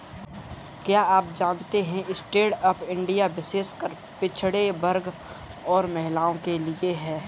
क्या आप जानते है स्टैंडअप इंडिया विशेषकर पिछड़े वर्ग और महिलाओं के लिए है?